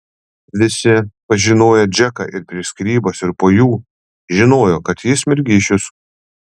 visi pažinoję džeką ir prieš skyrybas ir po jų žinojo kad jis mergišius